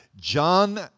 John